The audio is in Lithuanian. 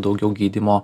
daugiau gydymo